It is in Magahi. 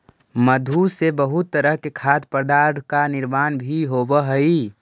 मधु से बहुत तरह के खाद्य पदार्थ का निर्माण भी होवअ हई